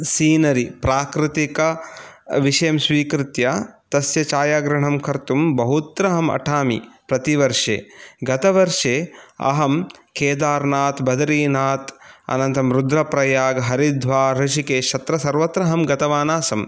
scenery प्राकृतिकविषयं स्वीकृत्य तस्य छायाग्रहणं कर्तुं बहुत्र अहम् अठामि प्रतिवर्षे गतवर्षे अहं केदार्नाथ् बदरीनाथ् अनन्तरं रुद्रप्रयाग् हरिद्वार् ऋषिकेश् अत्र सर्वत्र गतवान् आसम्